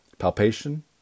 Palpation